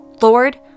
Lord